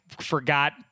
forgot